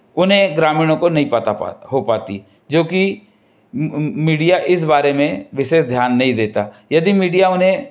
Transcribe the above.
उन्हें ग्रामीणों को नहीं पता पा हो पाती जो कि मीडिया इस बारे में विशेष ध्यान नहीं देता यदि मीडिया उन्हें